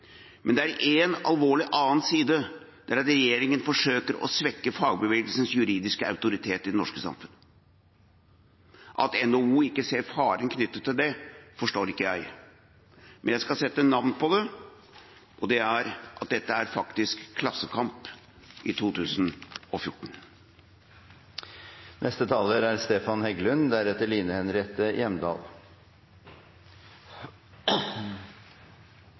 men det er én annen, alvorlig side: Det er at regjeringen forsøker å svekke fagbevegelsens juridiske autoritet i det norske samfunnet. At NHO ikke ser faren knyttet til det, forstår ikke jeg. Men jeg skal sette navn på det. Det er at dette faktisk er klassekamp i 2014.